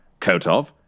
Kotov